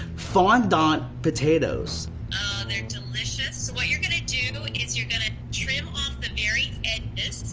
fondant potatoes. oh they're delicious. what you're gonna do is you're gonna trim off the very edges,